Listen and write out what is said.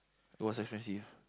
it was expensive